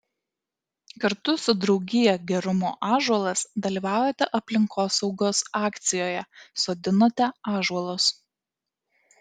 kartu su draugija gerumo ąžuolas dalyvaujate aplinkosaugos akcijoje sodinate ąžuolus